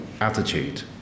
attitude